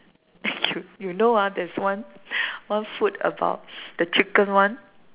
you know ah there's one one food about the chicken one